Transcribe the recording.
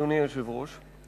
אדוני היושב-ראש,